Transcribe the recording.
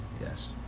Yes